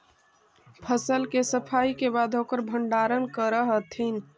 फसल के सफाई के बाद ओकर भण्डारण करऽ हथिन